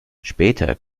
später